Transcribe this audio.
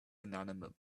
inanimate